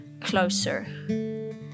closer